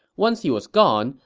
once he was gone,